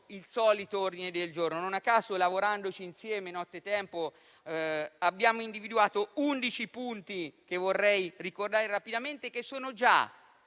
il solito ordine del giorno e non a caso, lavorandoci insieme notte tempo, abbiamo individuato 11 punti che vorrei ricordare rapidamente e che